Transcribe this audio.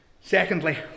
Secondly